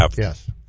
Yes